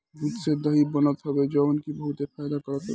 दूध से दही बनत हवे जवन की बहुते फायदा करत हवे